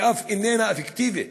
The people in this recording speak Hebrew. היא אף איננה אפקטיבית.